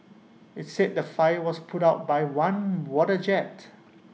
IT said the fire was put out with one water jet